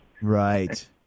Right